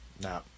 No